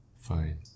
fine